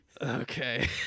Okay